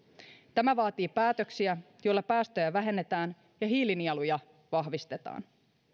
tämä vaatii päätöksiä joilla päästöjä vähennetään ja hiilinieluja vahvistetaan